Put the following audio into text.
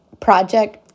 project